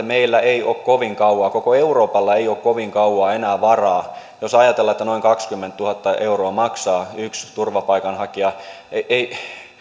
meillä ei ole kovin kauaa koko euroopalla ei ole kovin kauaa enää varaa jos ajatellaan että noin kaksikymmentätuhatta euroa maksaa yksi turvapaikanhakija ei